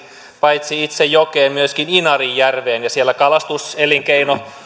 paitsi itse jokeen myöskin inarijärveen siellä kalastuselinkeino